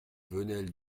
venelle